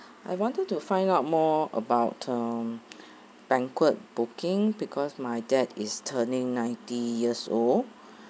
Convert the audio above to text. I wanted to find out more about um banquet booking because my dad is turning ninety years old